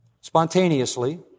Spontaneously